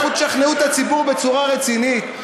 לכו תשכנעו את הציבור בצורה רצינית.